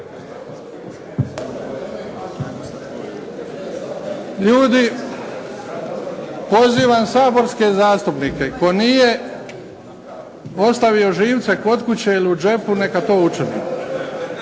Ljudi pozivam saborske zastupnike tko nije ostavio živce kod kuće ili u džepu neka to učini.